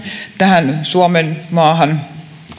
tähän suomenmaahan